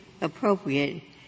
appropriate